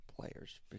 players